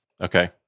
Okay